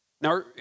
Now